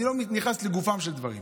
אני לא נכנס לגופם של דברים,